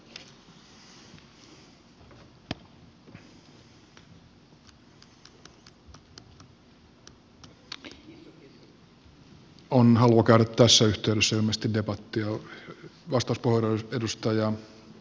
ilmeisesti on halua käydä tässä yhteydessä debattia